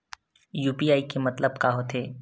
UPI के मतलब का होथे?